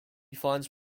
finds